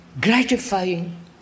gratifying